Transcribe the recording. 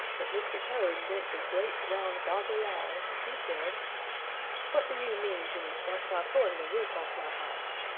but mr. toad blinked his great round goggly eyes and he said what do you mean, jimmy skunk, by pulling the roof off my house?